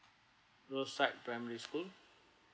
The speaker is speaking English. rosyth primary school